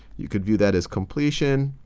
you could view that as completion.